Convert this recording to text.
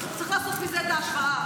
אנחנו העברנו את זה לשם.